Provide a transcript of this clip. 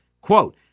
quote